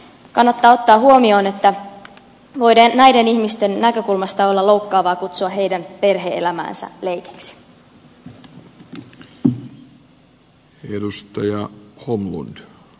kannattaa ottaa huomioon että näiden ihmisten näkökulmasta voi olla loukkaavaa kutsua heidän perhe elämäänsä leikiksi